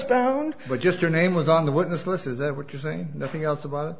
postponed but just her name was on the witness list is that what you're saying nothing else about